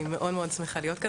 אני שמחה להיות כאן,